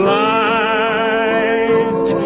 light